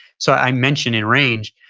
so i mentioned in range,